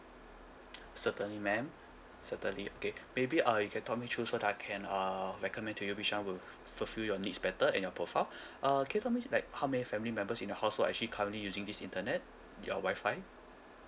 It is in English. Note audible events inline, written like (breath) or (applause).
certainly ma'am certainly okay maybe ah you can talk me through so that I can uh recommend to you which one will f~ fulfill your needs better and your profile (breath) uh can you talk me through like how many family members in your house who actually currently using this internet your wi-fi